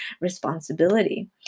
responsibility